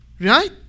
right